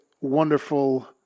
wonderful